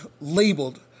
labeled